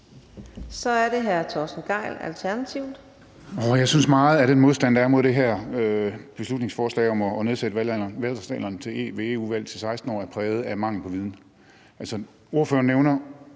Kl. 15:01 Torsten Gejl (ALT): Jeg synes, at meget af den modstand, der er imod det her beslutningsforslag om at nedsætte valgretsalderen ved EU-valg til 16 år, er præget af mangel på viden.